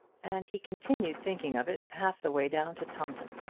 and he continued thinking of it half the way down to taunton.